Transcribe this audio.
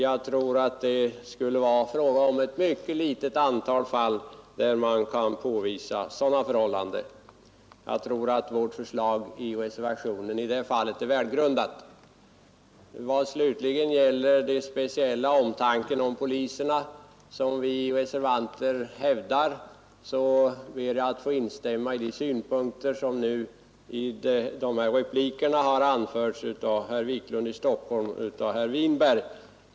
Jag tror att det är ett ytterst litet antal fall där man kan påvisa sådana förhållanden och att förslaget i reservationen är välgrundat. Vad slutligen gäller den speciella omtanken om poliserna, som också tagits upp i reservation, ber jag att få instämma i de synpunkter som i de senaste replikerna framförts av herr Wiklund i Stockholm och herr Winberg.